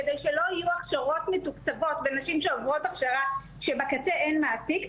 כדי שלא יהיו הכשרות מתוקצבות לנשים שעוברות הכשרה שבקצה אין מעסיק,